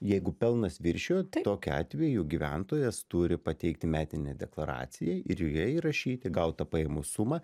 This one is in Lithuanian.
jeigu pelnas viršijo tokiu atveju gyventojas turi pateikti metinę deklaraciją ir joje įrašyti gautą pajamų sumą